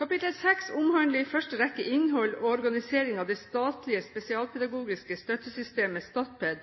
Kapittel 6 omhandler i første rekke innhold og organisering av det statlige spesialpedagogiske støttesystemet Statped,